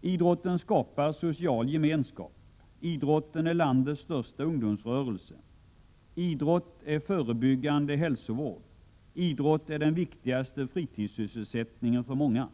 Idrotten skapar social gemenskap. Idrotten är landets största ungdomsrörelse. Idrott är förebyggande hälsovård. Idrott är den viktigaste fritidssysselsättningen för många.